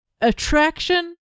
attraction